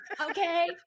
okay